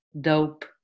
dope